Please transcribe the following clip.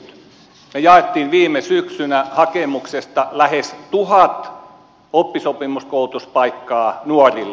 me jaoimme viime syksynä hakemuksesta lähes tuhat oppisopimuskoulutuspaikkaa nuorille